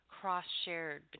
cross-shared